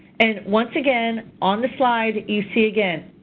and once again on the slide, you see again,